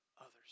others